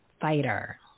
fighter